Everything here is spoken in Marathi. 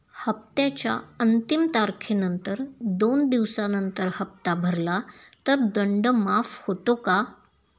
हप्त्याच्या अंतिम तारखेनंतर दोन दिवसानंतर हप्ता भरला तर दंड माफ होतो का?